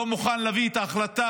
לא מוכן להביא את ההחלטה,